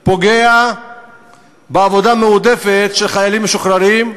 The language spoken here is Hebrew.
הוא פוגע בעבודה המועדפת של חיילים משוחררים,